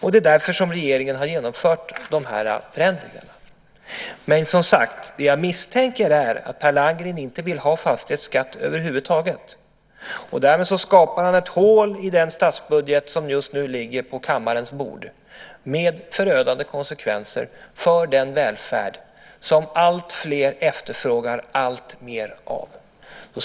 Det är därför som regeringen har genomfört de här förändringarna. Men det jag, som sagt, misstänker är att Per Landgren inte vill ha någon fastighetsskatt över huvud taget. Därmed skapar han ett hål i den statsbudget som just nu ligger på kammarens bord - detta med förödande konsekvenser för den välfärd som alltfler efterfrågar och vill ha alltmer av.